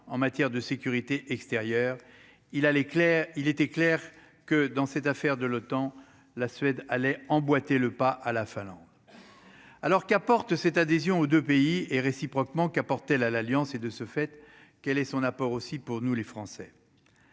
en matière de sécurité extérieure, il allait clair, il était clair que dans cette affaire de l'OTAN, la Suède allait emboîter le pas à la Finlande alors qu'apporte cette adhésion aux 2 pays et réciproquement qui porté la l'alliance et de ce fait, quel est son apport aussi pour nous, les Français